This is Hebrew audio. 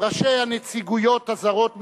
ראשי הנציגויות הזרות בישראל,